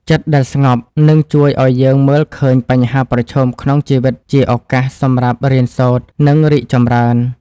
ចិត្តដែលស្ងប់នឹងជួយឱ្យយើងមើលឃើញបញ្ហាប្រឈមក្នុងជីវិតជាឱកាសសម្រាប់រៀនសូត្រ និង រីកចម្រើន។